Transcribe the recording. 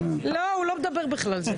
לא, הוא בכלל לא מדבר.